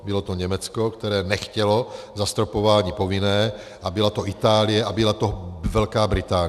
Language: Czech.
Bylo to Německo, které nechtělo zastropování povinné, a byla to Itálie a byla to Velká Británie.